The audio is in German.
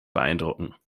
beeindrucken